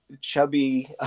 chubby